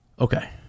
Okay